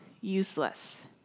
useless